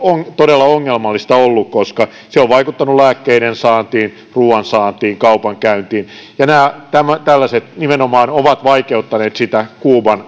on todella ongelmallista ollut koska se on vaikuttanut lääkkeidensaantiin ruoansaantiin kaupankäyntiin ja tällaiset nimenomaan ovat vaikeuttaneet sitä kuuban